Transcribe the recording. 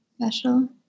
special